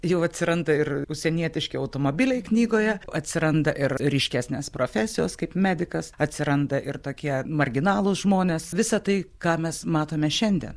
jau atsiranda ir užsienietiški automobiliai knygoje atsiranda ir ryškesnės profesijos kaip medikas atsiranda ir tokie marginalūs žmonės visa tai ką mes matome šiandien